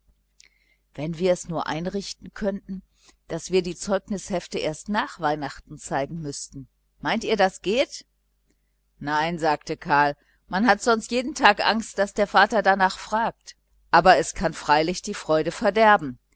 wenn wir es nur einrichten könnten daß wir die zeugnishefte erst nach weihnachten zeigen müßten meint ihr das geht nein sagte karl man hat sonst jeden tag angst daß der vater darnach fragt aber es kann freilich die freude verderben